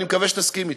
ואני מקווה שתסכים אתי: